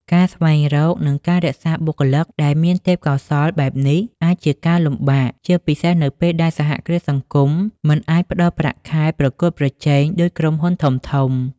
ការស្វែងរក និងរក្សាបុគ្គលិកដែលមានទេពកោសល្យបែបនេះ អាចជាការលំបាក ជាពិសេសនៅពេលដែលសហគ្រាសសង្គមមិនអាចផ្តល់ប្រាក់ខែប្រកួតប្រជែងដូចក្រុមហ៊ុនធំៗ ។